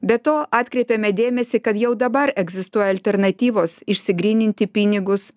be to atkreipiame dėmesį kad jau dabar egzistuoja alternatyvos išsigryninti pinigus